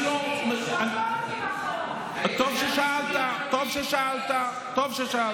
אני לא מפלה, אני לא, טוב ששאלת, טוב ששאלת.